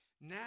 Now